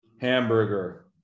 hamburger